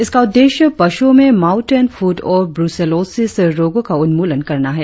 इसका उद्देश्य पशुओं में माउथ एण्ड फुट और ब्रसेलोसिस रोगों का उन्मूलन करना है